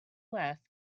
left